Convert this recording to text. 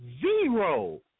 zero